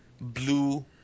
blue